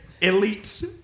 elite